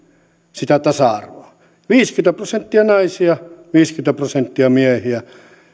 sitä tasa arvoa siihen viisikymmentä prosenttia naisia viisikymmentä prosenttia miehiä